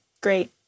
Great